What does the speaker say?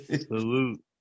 Salute